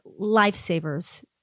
lifesavers